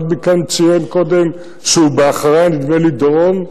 אחד מכם ציין קודם שהוא ב"אחרי" נדמה לי שדורון.